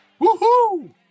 Woohoo